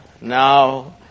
now